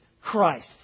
Christ